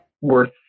worth